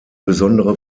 besondere